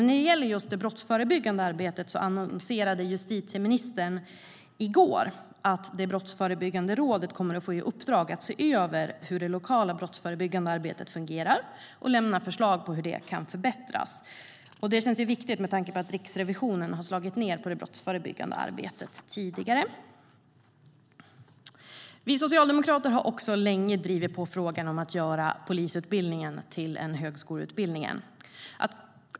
När det gäller det brottsförebyggande arbetet annonserade justitieministern i går att Brottsförebyggande rådet kommer att få i uppdrag att se över hur det lokala brottsförebyggande arbetet fungerar och lämna förslag på hur det kan förbättras. Det känns viktigt med tanke på att Riksrevisionen har slagit ned på det brottsförebyggande arbetet tidigare. Vi socialdemokrater har länge drivit på frågan om att göra polisutbildningen till en högskoleutbildning.